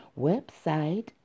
website